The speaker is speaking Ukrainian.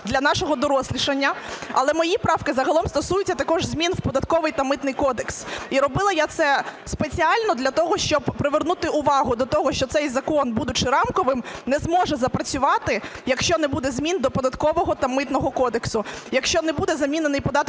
для нашого дорослішання. Але мої правки загалом стосуються також змін в Податковий та Митний кодекс. І робила я це спеціально для того, щоб привернути увагу до того, що цей закон, будучи рамковим, не зможе запрацювати, якщо не буде змін до Податкового та Митного кодексу. Якщо не буде замінений податок